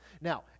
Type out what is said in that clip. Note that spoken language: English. Now